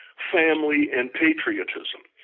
family, and patriotism.